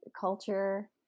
culture